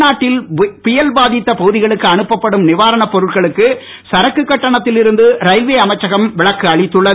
தமிழ்நாட்டில் புயல் பாதித்த பகுதிகளுக்கு அனுப்ப படும் நிவாரணப் பொருட்களுக்கு சரக்கு கட்டணத்தில் இருந்ரு ரயில்வே அமைச்சகம் விளக்கு அளித்துள்ளது